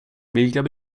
vilken